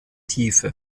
tiefe